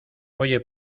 oye